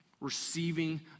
receiving